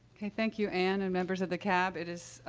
okay, thank you, ann and members of the cab. it is, ah,